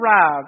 arrive